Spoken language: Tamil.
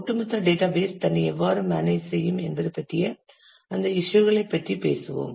ஒட்டுமொத்த டேட்டாபேஸ் தன்னை எவ்வாறு மேனேஜ் செய்யும் என்பது பற்றிய அந்த இஸ்யூ களைப் பற்றி பேசுவோம்